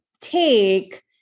take